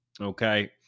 Okay